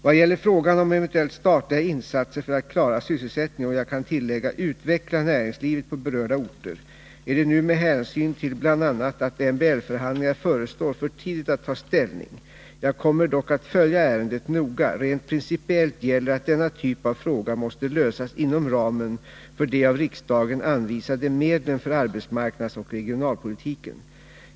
Vad gäller frågan om eventuella statliga insatser för att klara sysselsättningen och — kan jag tillägga — utveckla näringslivet på berörda orter är det nu, med hänsyn till bl.a. att MBL-förhandlingar förestår, för tidigt att ta ställning. Jag kommer dock att följa ärendet noga. Rent principiellt gäller att denna typ av fråga måste lösas inom ramen för de av riksdagen anvisade medlen för arbetsmarknadsoch regionalpolitiken.